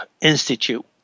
Institute